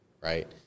right